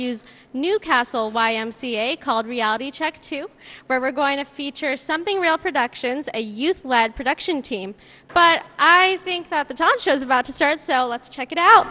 use newcastle y m c a called reality check to where we're going to feature something real productions a youth led production team but i think that the talk shows are about to start so let's check it out